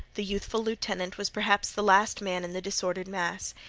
the youthful lieutenant was perhaps the last man in the disordered mass.